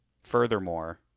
furthermore